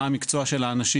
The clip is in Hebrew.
מה המקצוע של האנשים.